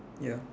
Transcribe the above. ya